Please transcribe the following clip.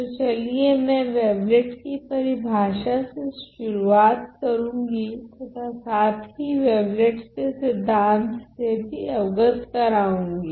तो चलिए मैं वेवलेट की परिभाषा से शुरुआत करूंगी तथा साथ ही वेवलेट्स के सिद्धांत से भी अवगत करवाऊँगी